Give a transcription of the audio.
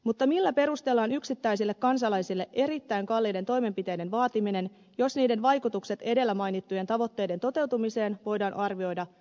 mutta millä perusteella on yksittäisille kansalaisille erittäin kalliiden toimenpiteiden vaatiminen jos niiden vaikutukset edellä mainittujen tavoitteiden toteutumiseen voidaan arvioida vähäisiksi